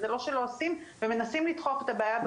זה לא שלא עושים ומנסים לתקוף את הבעיה,